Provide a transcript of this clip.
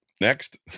next